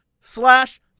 slash